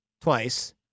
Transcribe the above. twice